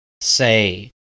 say